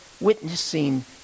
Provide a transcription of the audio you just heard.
witnessing